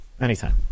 Anytime